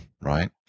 right